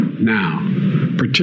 Now